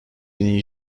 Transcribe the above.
yeni